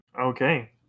Okay